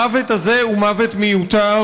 המוות הזה הוא מוות מיותר,